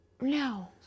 no